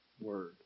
word